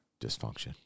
dysfunction